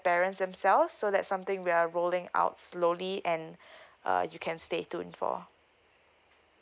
parents themselves so that something we are rolling out slowly and uh you can stay tune info